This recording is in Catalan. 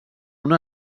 una